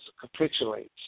capitulates